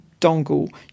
dongle